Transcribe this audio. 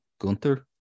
Gunther